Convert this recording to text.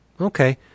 okay